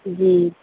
جی